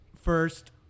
first